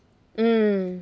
mm